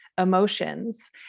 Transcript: Emotions